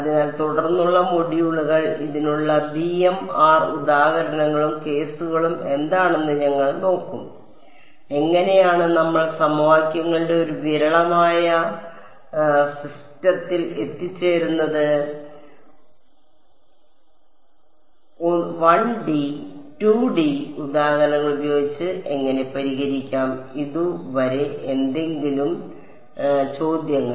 അതിനാൽ തുടർന്നുള്ള മൊഡ്യൂളുകൾ ഇതിനുള്ള ഉദാഹരണങ്ങളും കേസുകളും എന്താണെന്ന് ഞങ്ങൾ നോക്കും എങ്ങനെയാണ് നമ്മൾ സമവാക്യങ്ങളുടെ ഒരു വിരളമായ സിസ്റ്റത്തിൽ എത്തിച്ചേരുന്നത് 1 D 2 D ഉദാഹരണങ്ങൾ ഉപയോഗിച്ച് എങ്ങനെ പരിഹരിക്കാം ഇതു വരെ എന്തെങ്കിലും ചോദ്യങ്ങൾ